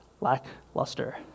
lackluster